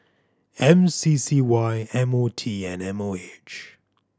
M C C Y M O T and M O H